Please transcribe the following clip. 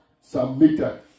submitted